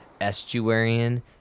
Estuarian